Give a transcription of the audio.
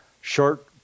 short